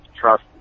trust